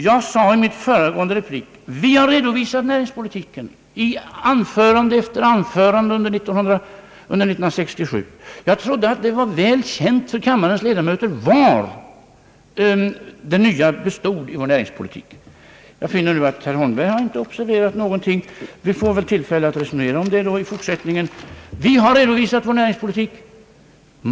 Jag sade i min föregående replik: Vi har redovisat näringspolitiken i anförande efter anförande under 1967. Jag trodde att det var väl känt för kammarens ledamöter vad det nya i vår näringspolitik bestod i. Jag finner nu att herr Holmberg inte har observerat någonting av detta. Vi får väl tillfälle att resonera om dessa frågor i fortsättningen. Vi har alltså redovisat vår näringspolitik.